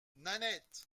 nanette